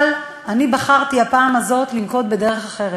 אבל אני בחרתי הפעם הזאת לנקוט דרך אחרת: